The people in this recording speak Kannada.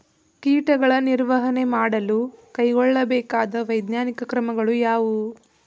ಕೀಟಗಳ ನಿರ್ವಹಣೆ ಮಾಡಲು ಕೈಗೊಳ್ಳಬೇಕಾದ ವೈಜ್ಞಾನಿಕ ಕ್ರಮಗಳು ಯಾವುವು?